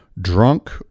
drunk